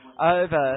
over